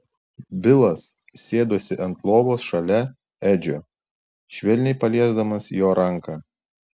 bilas sėdosi ant lovos šalia edžio švelniai paliesdamas jo ranką